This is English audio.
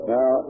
Now